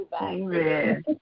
Amen